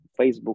Facebook